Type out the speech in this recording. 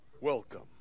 welcome